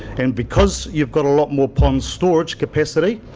and because you've got a lot more pond storage capacity,